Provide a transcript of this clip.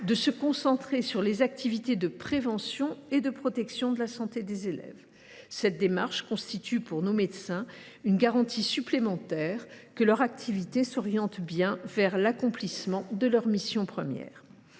de se concentrer sur les activités de prévention et de protection de la santé des élèves. Cette démarche constitue pour nos médecins une garantie supplémentaire que leur activité est bien orientée vers l’accomplissement de leurs missions premières.